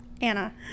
Anna